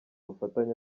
ubufatanye